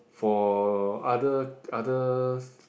for other others